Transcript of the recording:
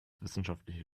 wissenschaftliche